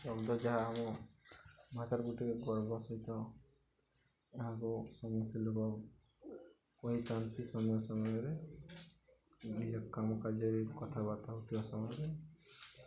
ଯାହା ଆମ ଭାଷାର ଗୁଟେ ଗର୍ବ ସହିତ ଏହାକୁ ସମସ୍ତ ଲୋକ କହିଥାନ୍ତି ସମୟ ସମୟରେ ନିଜ କାମ କାର୍ଯ୍ୟରେ କଥାବାର୍ତ୍ତା ହେଉଥିବା ସମୟରେ